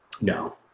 No